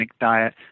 diet